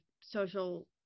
social